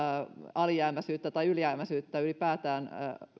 alijäämäisyyttä tai ylijäämäisyyttä ylipäätään